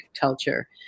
culture